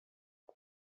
det